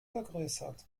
vergrößert